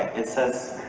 it says